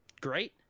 great